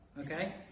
okay